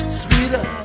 sweeter